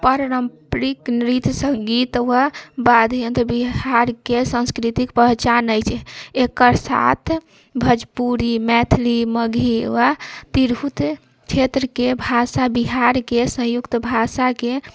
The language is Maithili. पारम्परिक नृत्य सङ्गीत हुए वाद्य यंत्र बिहारके सांस्कृतिक पहचान अछि एकर साथ भोजपुरी मैथिली मगही वा तिरहुत क्षेत्रके भाषा बिहारके संयुक्त भाषाके